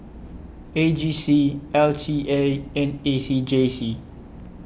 A G C L T A and A C J C